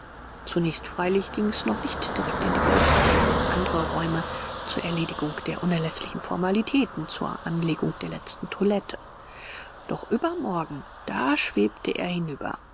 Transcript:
zunächst freilich ging's noch nicht direkt in die gruft sondern in andere räume zur erledigung der unerläßlichen formalitäten zur anlegung der letzten toilette doch übermorgen da schwebte er hinüber